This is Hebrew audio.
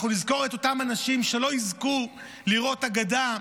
אנחנו נזכור את אותם אנשים שלא יזכו לראות הגדה,